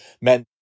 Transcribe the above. men